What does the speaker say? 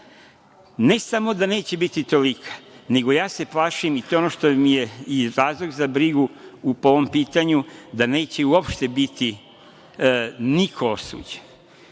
ne samo da neće biti tolika nego ja se plašim i to je ono što mi je razlog za brigu i ovom pitanju da neće uopšte biti niko osuđen